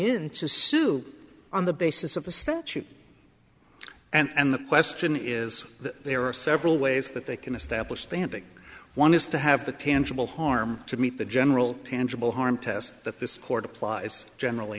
in to sue on the basis of a statute and the question is that there are several ways that they can establish standing one is to have the tangible harm to meet the general tangible harm test that this court applies generally